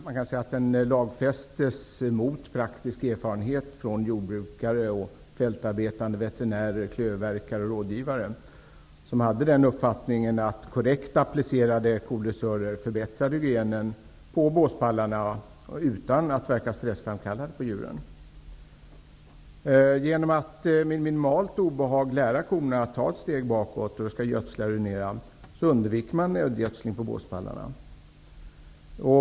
Man kan säga att den lagfästes mot praktisk erfarenhet från jordbrukare, fältarbetande veterinärer och rådgivare, som hade den uppfattningen att korrekt applicerade kodressörer förbättrar hygienen på båspallarna utan att verka stressframkallande på djuren. Genom att med minimalt obehag lära korna att ta ett steg bakåt då de skall gödsla och urinera, undviker man nedgödsling på båspallarna.